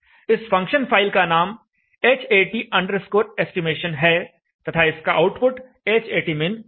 इस function file का नाम Hat estimation है तथा इसका आउटपुट Hatmin है